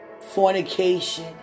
Fornication